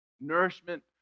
Nourishment